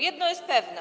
Jedno jest pewne.